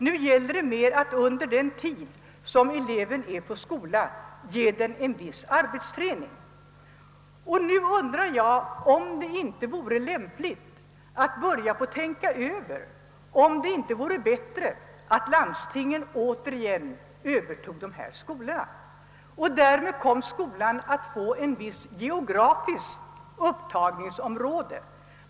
Nu gäller det mera att ge eleverna en viss arbetsträning under den tid de vistas på skolan. Jag undrar därför om det inte vore bättre att landstingen återigen övertog dessa skolor. Därmed skulle varje skola få ett visst geografiskt upptagningsområde.